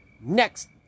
Next